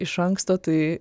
iš anksto tai